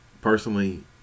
personally